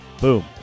Boom